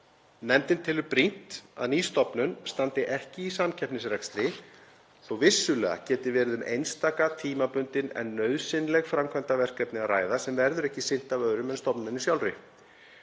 Nefndin telur brýnt að ný stofnun standi ekki í samkeppnisrekstri þótt vissulega geti verið um einstaka tímabundin en nauðsynleg framkvæmdaverkefni að ræða sem verður ekki sinnt af öðrum en stofnuninni sjálfri.